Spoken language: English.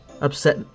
upset